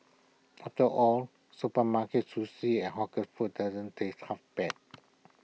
after all supermarket sushi and hawker food doesn't taste half bad